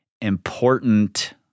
important